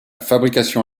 fabrication